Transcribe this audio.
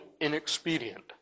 inexpedient